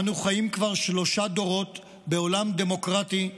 אנו חיים כבר שלושה דורות בעולם דמוקרטי,